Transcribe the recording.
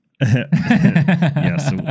Yes